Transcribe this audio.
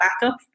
backup